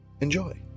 Enjoy